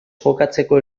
jokatzeko